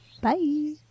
Bye